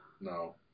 No